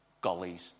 gullies